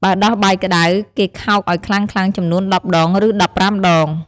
បើដោះបាយក្តៅ គេខោកឲ្យខ្លាំងៗចំនួន ១០ ដង ឬ ១៥ ដង។